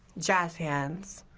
jazz hands.